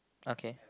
okay